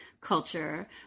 culture